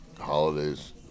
holidays